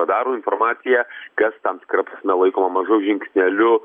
radarų informacija kas tam tikra prasme laikoma mažu žingsneliu